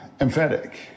emphatic